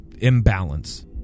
imbalance